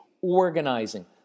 organizing